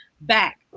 back